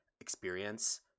experience